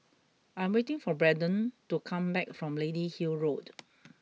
I'm waiting for Brendan to come back from Lady Hill Road